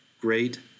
great